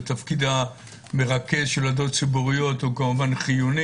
תפקיד המרכז של ועדות ציבוריות הוא כמובן חיוני.